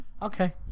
Okay